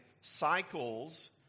cycles